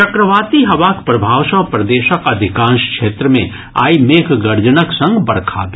चक्रवाती हवाक प्रभाव सँ प्रदेशक अधिकांश क्षेत्र मे आइ मेघगर्जनक संग बरखा भेल